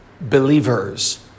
believers